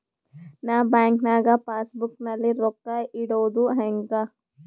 ನಾ ಬ್ಯಾಂಕ್ ನಾಗ passbook ನಲ್ಲಿ ರೊಕ್ಕ ಇಡುದು ಹ್ಯಾಂಗ್?